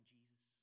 Jesus